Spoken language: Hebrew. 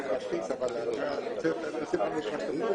הוא בין 75% ל-80% מכלל הנסועה.